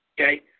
Okay